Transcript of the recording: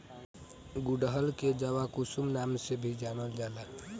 गुड़हल के जवाकुसुम नाम से भी जानल जाला